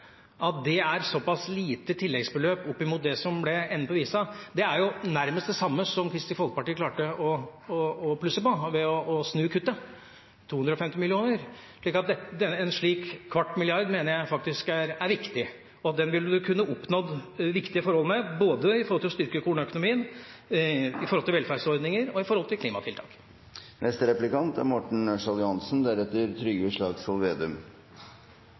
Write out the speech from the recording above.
er det et såpass lite tilleggsbeløp opp imot det som ble enden på visa. Det er nærmest det samme som Kristelig Folkeparti klarte å plusse på ved å snu kuttet – 250 mill. kr. En kvart milliard til mener jeg faktisk er viktig. Den ville man kunne oppnådd viktige forhold med, både når det gjelder å styrke kornøkonomien, når det gjelder velferdsordninger og når det gjelder klimatiltak. Det er interessant å merke seg at Arbeiderpartiet foreslår en økning på 450 mill. kr i